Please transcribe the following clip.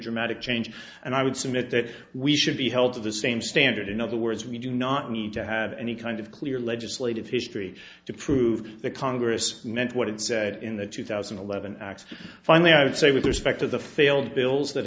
dramatic change and i would submit that we should be held to the same standard in other words we do not need to have any kind of clear legislative history to prove the congress meant what it said in the two thousand and eleven x finally i would say with respect to the failed bills that